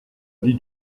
vie